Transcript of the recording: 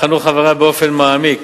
בחנו חבריה באופן מעמיק